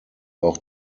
auch